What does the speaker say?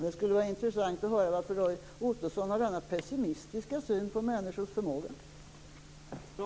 Det skulle vara intressant att höra varför Roy Ottosson har denna pessimistiska syn på människors förmåga.